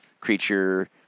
creature